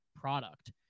product